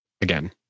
again